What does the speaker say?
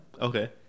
Okay